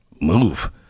Move